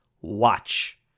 Watch